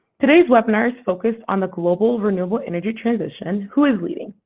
today's webinar's focused on the global renewable energy transition who is leading?